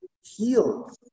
heal